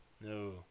No